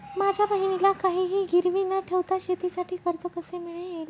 माझ्या बहिणीला काहिही गिरवी न ठेवता शेतीसाठी कर्ज कसे मिळेल?